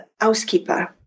housekeeper